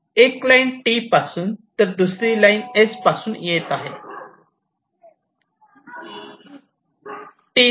एक line T पासून तर दुसरी लाईन S पासून येत आहेत